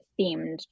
themed